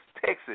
Texas